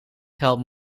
geld